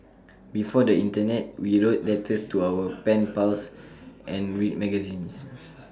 before the Internet we wrote letters to our pen pals and read magazines